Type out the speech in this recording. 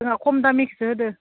जोंहा खम दामिखौसो होदों